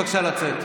בבקשה לצאת.